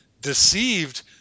deceived